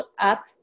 up